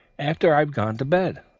after i'd gone to bed.